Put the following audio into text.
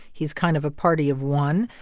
he's kind of a party of one.